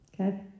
okay